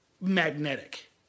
magnetic